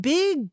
Big